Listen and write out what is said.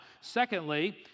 Secondly